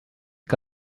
que